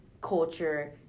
culture